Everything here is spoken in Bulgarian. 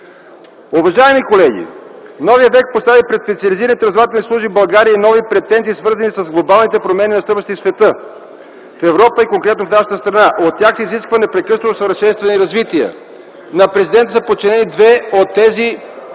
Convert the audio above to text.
Уважаеми колеги, новият век постави пред специализираните разузнавателни служби в България и нови претенции, свързани с глобалните промени, настъпващи в света, в Европа и конкретно в нашата страна. От тях се изисква непрекъснато усъвършенстване и развитие. На президента са подчинени две от тези